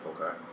Okay